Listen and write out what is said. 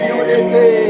unity